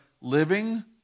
living